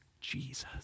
Jesus